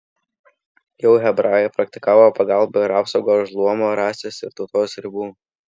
jau hebrajai praktikavo pagalbą ir apsaugą už luomo rasės ir tautos ribų